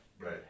right